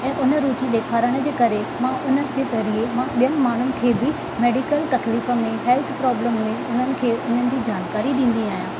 ऐ हुन रुची ॾेखारणु जे करे मां हुन जे ज़रिए मां ॿियनि माण्हुनि खे बि मेडिकल तकलीफ़ में हेल्थ प्रॉब्लम में हुननि खे उन्हनि जी जानकारी ॾींदी आहियां